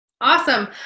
Awesome